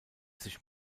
sich